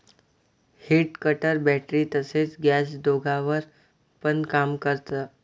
head cutter battery तसच gas दोघांवर पण काम करत